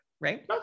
right